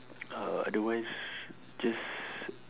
uh otherwise just